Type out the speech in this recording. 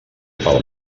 pel